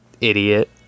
idiot